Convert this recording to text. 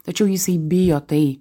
tačiau jisai bijo tai